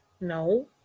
No